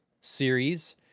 series